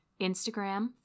instagram